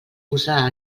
usar